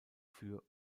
für